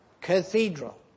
Cathedral